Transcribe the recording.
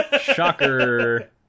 Shocker